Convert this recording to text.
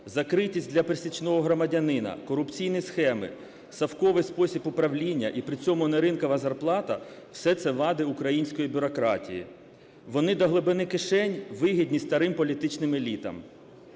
закритість для пересічного громадянина, корупційні схеми, совковий спосіб управління і при цьому неринкова зарплата – все це вади української бюрократії. Вони до глибини кишень вигідні старим політичним елітам.